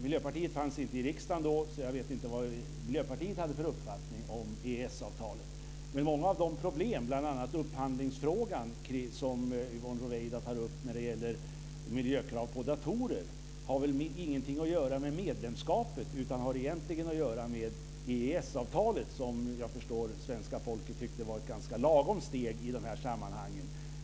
Miljöpartiet fanns inte i riksdagen då, så jag vet inte vad Miljöpartiet hade för uppfattning om EES-avtalet. Men många av de här problemen, bl.a. upphandlingsfrågan som Yvonne Ruwaida tar upp när det gäller miljökrav på datorer, har väl ingenting att göra med medlemskapet. Det har egentligen att göra med EES-avtalet, som jag förstår att svenska folket tyckte var ett ganska lagom steg i de här sammanhangen.